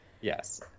Yes